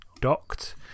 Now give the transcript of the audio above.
docked